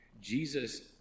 Jesus